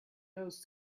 nose